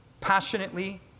passionately